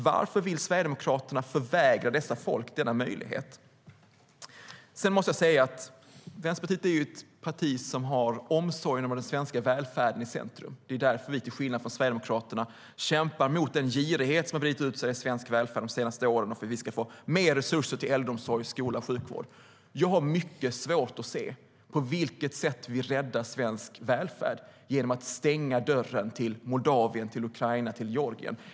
Varför vill Sverigedemokraterna förvägra dessa folk denna möjlighet? Vänsterpartiet är ett parti som har omsorgen om den svenska välfärden i centrum. Det är därför vi till skillnad från Sverigedemokraterna kämpar mot den girighet som har brett ut sig inom svensk välfärd de senaste åren - för att vi ska få mer resurser till äldreomsorg, skola och sjukvård. Jag har mycket svårt att se på vilket sätt vi räddar svensk välfärd genom att stänga dörren till Moldavien, till Ukraina, till Georgien.